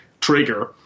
trigger